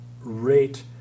rate